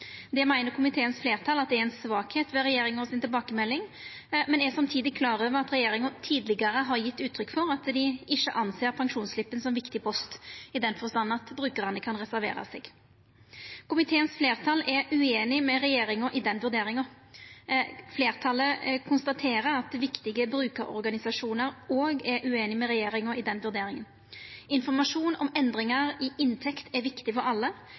Det meiner fleirtalet i komiteen er ei svakheit ved tilbakemeldinga til regjeringa, men er samtidig klar over at regjeringa tidlegare har gjeve uttrykk for at dei ikkje ser på pensjonsslippen som viktig post, på den måten at brukarane kan reservera seg. Fleirtalet i komiteen er ueinig med regjeringa i den vurderinga. Fleirtalet konstaterer at viktige brukarorganisasjonar òg er ueinige med regjeringa i den vurderinga. Informasjon om endringar i inntekt er viktig for alle,